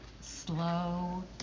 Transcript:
slow